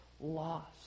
lost